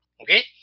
okay